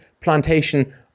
plantation